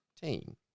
team